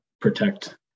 protect